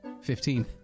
Fifteen